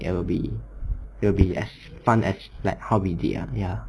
you will be you will be as fun as like how we did lah ya